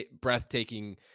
breathtaking